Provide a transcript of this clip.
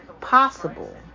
possible